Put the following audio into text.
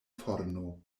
forno